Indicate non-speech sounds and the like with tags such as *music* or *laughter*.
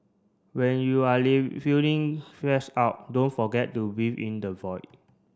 when you are *unintelligible* feeling stress out don't forget to breathe in the void